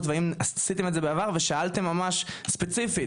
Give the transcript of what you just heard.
והאם עשיתם את זה בעבר ושאלתם ממש ספציפית,